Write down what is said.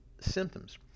symptoms